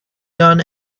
gun